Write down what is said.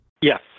Yes